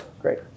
great